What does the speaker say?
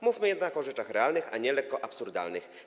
Mówmy jednak o rzeczach realnych, a nie lekko absurdalnych.